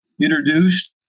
introduced